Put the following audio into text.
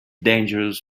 dangerous